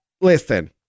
Listen